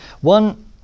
one